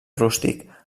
rústic